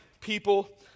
people